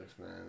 man